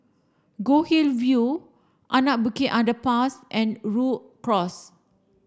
Goldhill View Anak Bukit Underpass and Rhu Cross